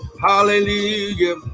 Hallelujah